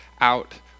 out